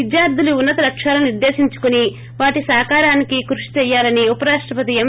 విద్యార్లులు ఉన్నత లక్ష్యాలను నిర్దేశించుకుని వాటి సాకారానికి కృషి చేయాలని ఉపరాష్ణపతి ఎం